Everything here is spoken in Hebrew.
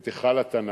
את היכל התנ"ך,